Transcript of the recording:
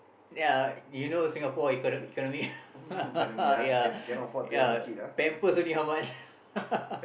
ya you know Singapore economy economy ya ya pampers only how much